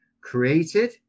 created